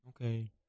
Okay